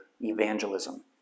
evangelism